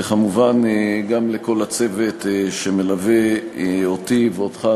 וכמובן גם לכל הצוות שמלווה אותי ואותך,